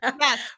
Yes